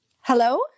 Hello